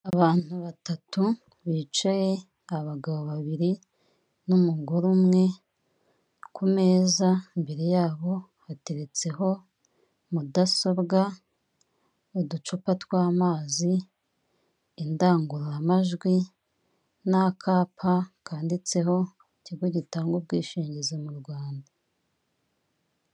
Abantu batatu bicaye; abagabo babiri n'umugore umwe, ku meza, mbere yabo bateretseho mudasobwa, uducupa tw'amazi, indangururamajwi, n'akapa kanditseho ikigo gitanga ubwishingizi mu Rwanda.